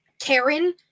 Karen